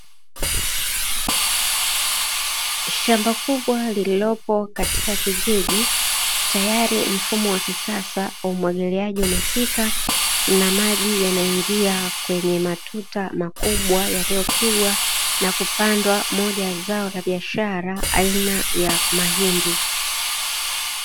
Shamba kubwa lililopo katika kijiji tayari mfumo wa kisasa wa umwagiliaji umefika na maji yanaingia kwenye matuta makubwa yaliyopigwa na kupandwa zao la biashara aina ya mahindi.